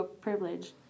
privilege